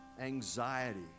anxiety